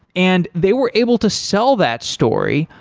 and they were able to sell that story,